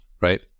right